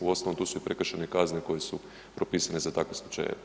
Uostalom tu su i prekršene kazne koje su propisane za takve slučajeve.